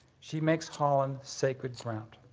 she makes holland sacred ground.